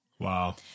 Wow